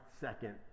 second